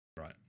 right